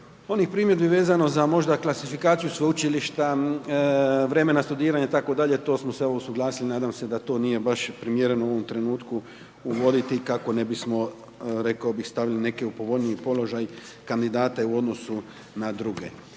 onih primjedbi vezano za možda klasifikaciju sveučilišta, vremena studiranja itd., to smo sve usuglasili i nadam se to nije baš primjereno u ovom trenutku uvoditi kako ne bismo rekao bih stavili neke u povoljniji položaj kandidate u odnosu na druge.